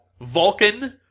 Vulcan